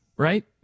Right